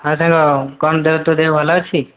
ହଁ ସାଙ୍ଗ କ'ଣ ଦେହ ତୋ ଦେହ ଭଲ ଅଛି